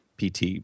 PT